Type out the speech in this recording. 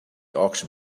auction